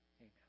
amen